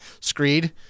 screed